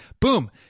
boom